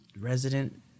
resident